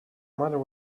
matter